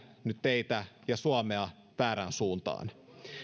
nyt teitä ja suomea väärään suuntaan